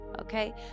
Okay